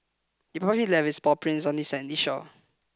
the puppy left its paw prints on the sandy shore